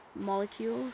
Molecule